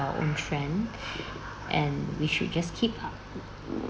our own trend and we should just keep up